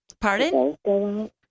pardon